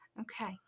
okay